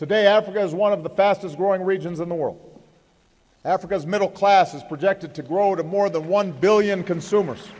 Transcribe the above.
today africa is one of the fastest growing regions in the world africa's middle class is projected to grow to more than one billion consumers